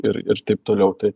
ir taip toliau tai